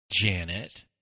janet